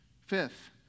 Fifth